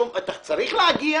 שאומר, צריך להגיע,